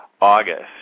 august